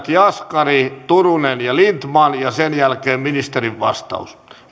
jaskari turunen ja lindtman ja sen jälkeen ministerin vastaus